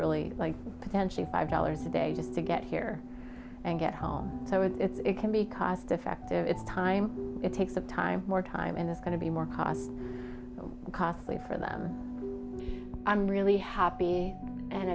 really like potentially five dollars a day just to get here and get home so it's it can be cost effective it's time it takes of time more time and it's going to be more cost costly for them i'm really happy and